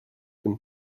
been